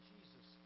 Jesus